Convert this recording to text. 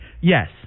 Yes